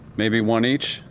maybe one each,